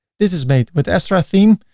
this is made with astra theme.